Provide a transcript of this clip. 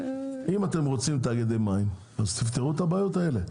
אם אתם רוצים תאגידי מים אז תפתרו את הבעיות האלה,